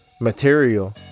material